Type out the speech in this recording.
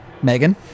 Megan